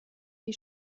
die